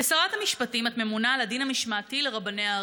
כשרת המשפטים את ממונה על הדין המשמעתי לרבני הערים.